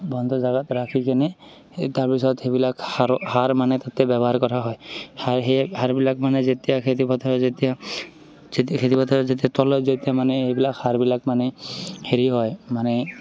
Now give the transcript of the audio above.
বন্ধ জেগাত ৰাখি কিনে সেই তাৰপিছত সেইবিলাক সাৰো সাৰ মানে তাতে ব্যৱহাৰ কৰা হয় সাৰ সেই সাৰবিলাক মানে যেতিয়া খেতিপথাৰত যেতিয়া যেতিয়া খেতিপথাৰত যেতিয়া তলত যেতিয়া মানে এইবিলাক সাৰবিলাক মানে হেৰি হয় মানে